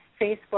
Facebook